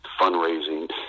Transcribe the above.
fundraising